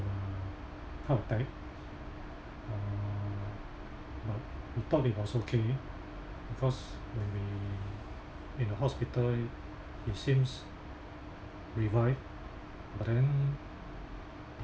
uh heart attack uh but we thought he was okay because when we in a hospital he seems revived but then